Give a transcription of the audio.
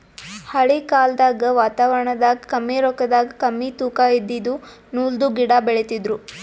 ಹಳಿ ಕಾಲ್ದಗ್ ವಾತಾವರಣದಾಗ ಕಮ್ಮಿ ರೊಕ್ಕದಾಗ್ ಕಮ್ಮಿ ತೂಕಾ ಇದಿದ್ದು ನೂಲ್ದು ಗಿಡಾ ಬೆಳಿತಿದ್ರು